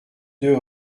deux